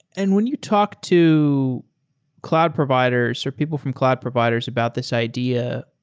and when you talk to cloud providers or people from cloud providers about this idea,